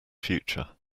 future